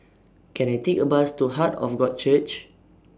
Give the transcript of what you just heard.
Can I Take A Bus to Heart of God Church